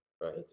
right